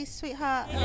sweetheart